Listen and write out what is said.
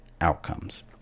outcomes